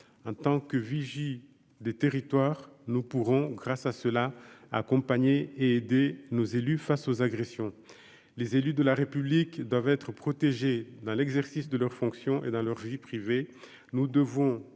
tant que vigie des territoires, nous pourrons grâce à cela, accompagné et aidé nos élus face aux agressions, les élus de la République doivent être protégé dans l'exercice de leurs fonctions et dans leur vie privée,